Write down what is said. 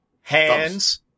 hands